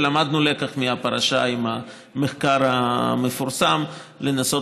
ולמדנו לקח מהפרשה עם המחקר המפורסם: לנסות